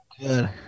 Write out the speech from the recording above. Good